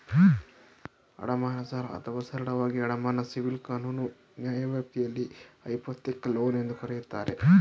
ಅಡಮಾನ ಸಾಲ ಅಥವಾ ಸರಳವಾಗಿ ಅಡಮಾನ ಸಿವಿಲ್ ಕಾನೂನು ನ್ಯಾಯವ್ಯಾಪ್ತಿಯಲ್ಲಿ ಹೈಪೋಥೆಕ್ ಲೋನ್ ಎಂದೂ ಕರೆಯುತ್ತಾರೆ